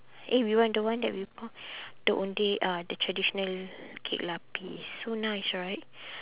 eh we want the one that we bought the ondeh ah the traditional kek lapis so nice right